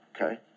okay